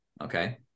Okay